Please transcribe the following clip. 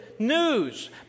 News